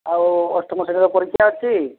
ଆଉ ଅଷ୍ଟମ ଶ୍ରେଣୀର ପରୀକ୍ଷା ଅଛି